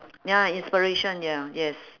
ya inspiration ya yes